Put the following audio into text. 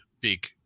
big